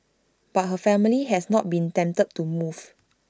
but her family has not been tempted to move